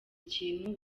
ikintu